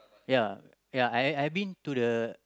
ya ya I I I been to the